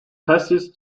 passes